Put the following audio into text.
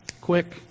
quick